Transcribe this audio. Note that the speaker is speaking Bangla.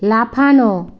লাফানো